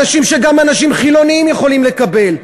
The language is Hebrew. אנשים שגם אנשים חילונים יכולים לקבל,